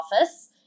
Office